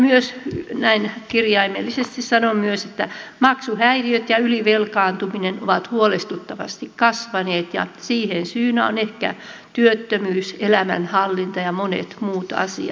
ja näin kirjaimellisesti sanon myös että maksuhäiriöt ja ylivelkaantuminen ovat huolestuttavasti kasvaneet ja siihen syynä ovat ehkä työttömyys elämänhallinta ja monet muut asiat